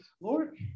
Lord